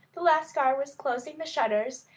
the lascar was closing the shutters,